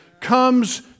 comes